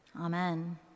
Amen